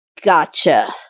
gotcha